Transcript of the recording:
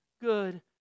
good